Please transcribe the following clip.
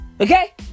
Okay